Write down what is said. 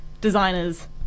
designers